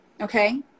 Okay